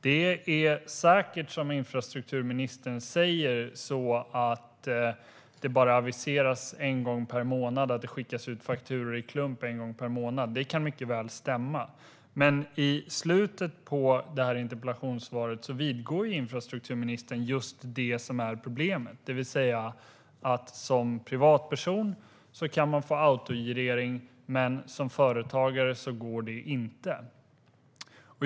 Det är säkert som infrastrukturministern säger, att det bara aviseras en gång per månad och att fakturor då skickas ut i klump. Det kan mycket väl stämma. Men i slutet av interpellationssvaret vidgår infrastrukturministern just det som är problemet, det vill säga att som privatperson kan man få autogirering men som företagare går det inte.